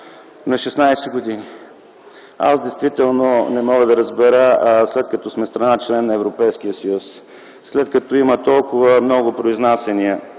на 16 години. Аз действително не мога да разбера, след като сме страна – член на Европейския съюз, след като има толкова много произнасяния